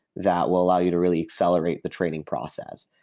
that will allow you to really accelerate the training process.